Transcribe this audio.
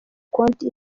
konti